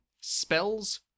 spells